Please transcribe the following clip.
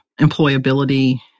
employability